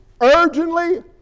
urgently